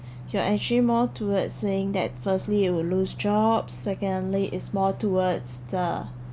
you're actually more towards saying that firstly it will lose jobs secondly is more towards the